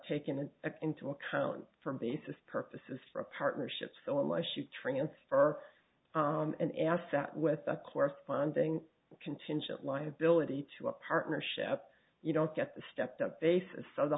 taken it into account for basis purposes for a partnership so unless you transfer an asset with a corresponding contingent liability to a partnership you don't get the stepped up basis of the